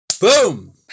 Boom